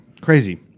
crazy